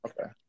okay